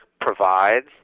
provides